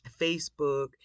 Facebook